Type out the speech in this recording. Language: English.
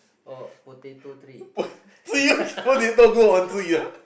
or potato tree